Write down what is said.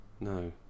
No